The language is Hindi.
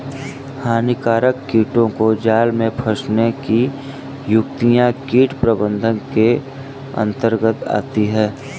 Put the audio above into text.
हानिकारक कीटों को जाल में फंसने की युक्तियां कीट प्रबंधन के अंतर्गत आती है